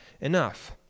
enough